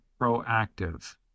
proactive